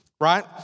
right